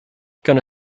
gonna